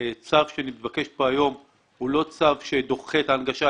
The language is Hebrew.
הצו שנתבקש פה היום הוא לא צו שדוחה את ההנגשה.